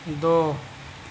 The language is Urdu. دو